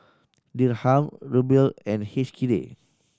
Dirham Ruble and H K D